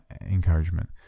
encouragement